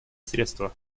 средство